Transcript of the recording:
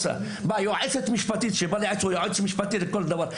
היועצת או היועץ המשפטי שבאים לייעץ על כל דבר.